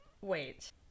Wait